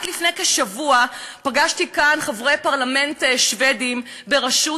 רק לפני כשבוע פגשתי כאן משלחת של חברי פרלמנט שבדים בראשות